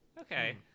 Okay